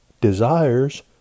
desires